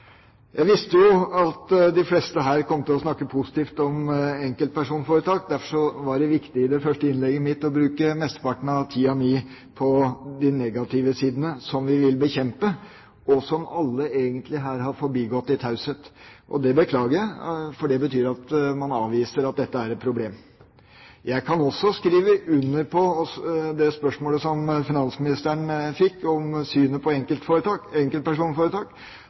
Jeg visste at de fleste her kom til å snakke positivt om enkeltpersonforetak. Derfor var det viktig i det første innlegget mitt å bruke mesteparten av tida mi på de negative sidene, som vi vil bekjempe, og som alle her egentlig har forbigått i taushet. Det beklager jeg, for det betyr at man avviser at dette er et problem. Jeg kan også skrive under på det spørsmålet som finansministeren fikk om synet på enkeltpersonforetak,